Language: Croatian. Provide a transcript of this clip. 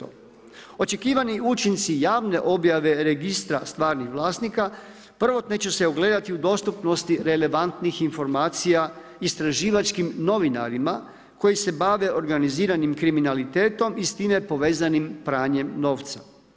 Očekivani učinci javne objave registra stvarnih vlasnika prvotno će se ugledati u dostupnosti relevantnih informacija istraživačkim novinarima koji se bave organiziranim kriminalitetom i s time povezanim pranjem novca.